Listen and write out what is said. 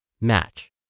match